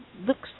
Looks